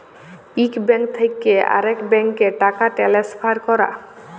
ইক ব্যাংক থ্যাকে আরেক ব্যাংকে টাকা টেলেসফার ক্যরা